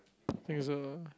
think so ah